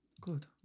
good